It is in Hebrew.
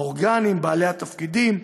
האורגנים, בעלי התפקידים,